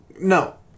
No